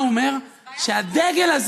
או אם הוא ילך,